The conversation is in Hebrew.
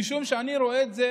משום שאני רואה את זה